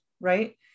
right